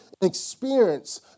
experience